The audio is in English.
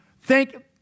Thank